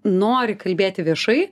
nori kalbėti viešai